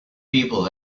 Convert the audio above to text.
people